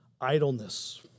idleness